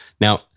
Now